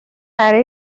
برای